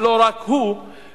לא רק הוא,